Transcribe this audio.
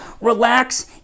Relax